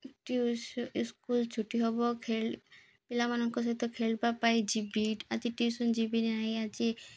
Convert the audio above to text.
tuition school ଛୁଟି ହବ ଖେଳ ପିଲାମାନଙ୍କ ସହିତ ଖେଳିବା ପାଇଁ ଯିବି ଆଜି ଟିଉସନ୍ ଯିବି ନାହିଁ ଆଜି